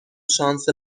شانس